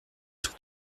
tout